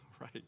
Right